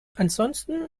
ansonsten